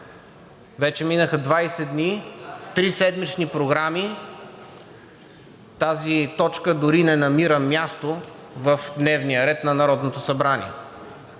Вече минаха 20 дни, три седмични програми – тази точка дори не намира място в дневния ред на Народното събрание.